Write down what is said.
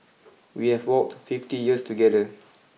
we have walked fifty years together